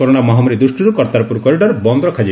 corona ମହାମାରୀ ଦୃଷ୍ଟିରୁ Kartarpur corridor ବନ୍ଦ ରଖାଯାଇଛି